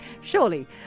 surely